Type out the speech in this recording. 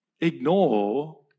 ignore